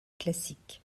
classique